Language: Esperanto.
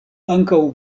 ankaŭ